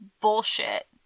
bullshit